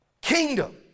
Kingdom